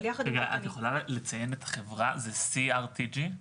אני נציגה של חברת CRTG .